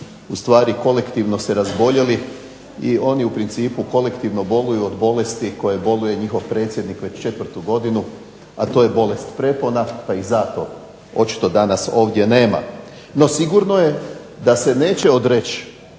ustvari kolektivno se razboljeli i oni u principu kolektivno boluju od bolesti koje boluje njihov predsjednik već 4. godinu, a to je bolest prepona, pa ih zato očito ovdje danas nema. No, sigurno je da se neće odreći